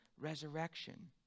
resurrection